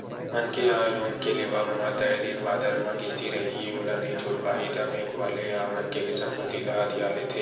मनखे ह लोन के लेवब म तय दिन बादर म किस्ती रइही ओला नइ छूट पाही ता बेंक वाले ह मनखे के संपत्ति ल हथिया लेथे